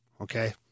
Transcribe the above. okay